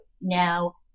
now